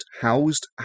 housed